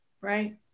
right